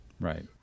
Right